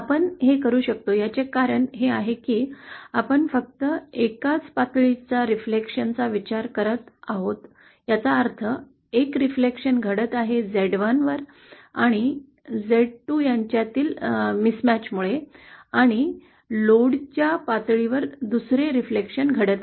आपण हे करू शकतो याचे कारण हे आहे की आपण फक्त एकाच पातळीच्या प्रतिबिंबाचा विचार करत आहोत याचा अर्थ एक प्रतिबिंब घडत आहे Z1 आणि Z2 यांच्यातील चुकी मुळे आणि लोडच्या पातळीवर दुसरे प्रतिबिंब घडत आहे